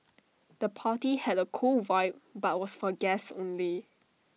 the party had A cool vibe but was for guests only